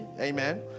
amen